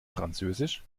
französisch